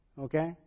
Okay